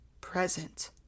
present